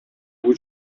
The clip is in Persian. بود